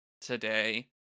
today